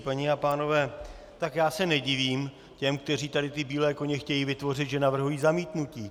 Paní a pánové, já se nedivím těm, kteří tady ty bílé koně chtějí vytvořit, že navrhují zamítnutí.